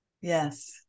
Yes